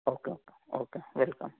okay okay okay welcome